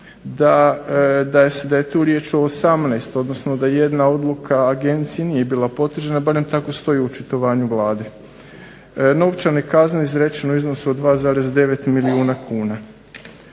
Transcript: da je tu riječ o 18, da jedna odluka Agencije nije bila potvrđena barem tako stoji u očitovanju Vlade. Novčane kazne izrečene u iznosu 2,9 milijuna kuna.